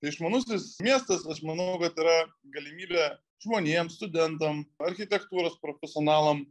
tai išmanusis miestas aš manau kad yra galimybė žmonėm studentam architektūros profesionalam